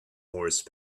horse